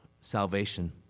salvation